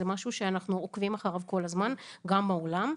זה משהו שאנחנו עוקבים אחריו כל הזמן, גם העולם.